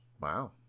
Wow